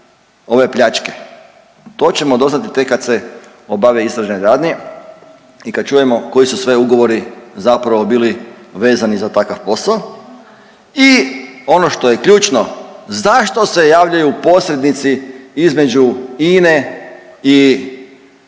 ove pljačke? To ćemo doznati tek kad se obave istražne radnje i kad čujemo koji su sve ugovori zapravo bili vezani za takav posao. I ono što je ključno zašto se javljaju posrednici između INA-e